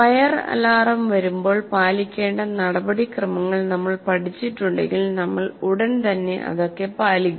fire alarm വരുമ്പോൾ പാലിക്കേണ്ട നടപടിക്രമങ്ങൾ നമ്മൾ പഠിച്ചിട്ടുണ്ടെങ്കിൽ നമ്മൾ ഉടൻ തന്നെ അതൊക്കെ പാലിക്കും